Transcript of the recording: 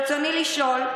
ברצוני לשאול: